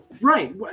Right